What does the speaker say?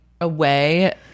away